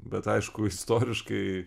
bet aišku istoriškai